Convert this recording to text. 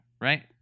Right